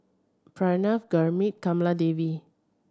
Pranav Gurmeet Kamaladevi